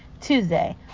Tuesday